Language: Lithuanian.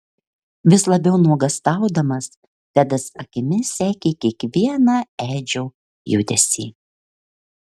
vis labiau nuogąstaudamas tedas akimis sekė kiekvieną edžio judesį